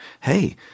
hey